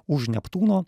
už neptūno